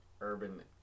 urban